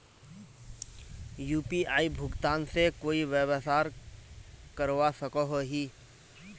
UPI भुगतान से कोई व्यवसाय करवा सकोहो ही?